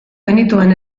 genituen